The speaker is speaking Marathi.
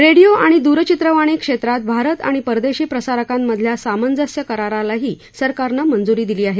रेडिओ आणि दूरचित्रवाणी क्षेत्रात भारत आणि परदेशी प्रसारकांमधल्या सामंजस्य करारालाही सरकारनं मंजुरी दिली आहे